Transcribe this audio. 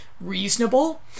reasonable